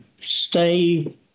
stay